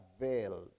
veil